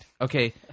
Okay